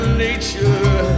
nature